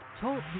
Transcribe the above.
Talk